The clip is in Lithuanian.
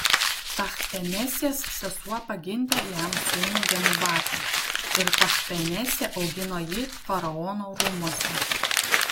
tachpenesės sesuo pagimdė jam sūnų genubatą ir tachpenesė augino jį faraono rūmuose